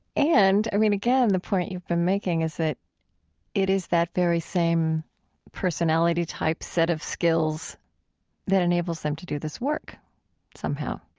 and, i mean, again, the point you've been making is that it is that very same personality-type set of skills that enables them to do this work somehow